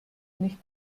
nicht